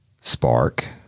spark